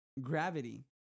gravity